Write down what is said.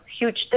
huge